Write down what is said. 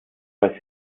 bei